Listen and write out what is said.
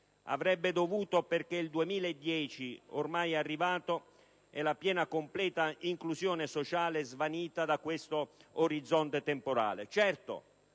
Avrebbe dovuto, perché il 2010 ormai è arrivato e la piena e completa inclusione sociale è svanita da questo orizzonte temporale.